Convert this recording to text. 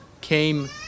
came